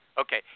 Okay